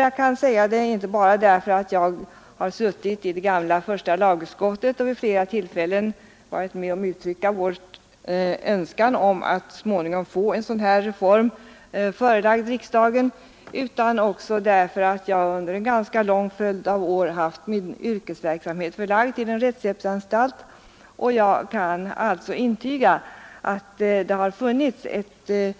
Jag kan säga detta inte bara därför att jag har suttit i det gamla första lagutskottet och vid flera tillfällen varit med om att uttrycka vår önskan om att så småningom få en sådan här reform förelagd riksdagen, utan också därför att jag under en ganska lång följd av år haft min yrkesverksamhet förlagd till en rättshjälpsanstalt. Jag kan alltså intyga att det har funnits ett